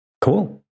cool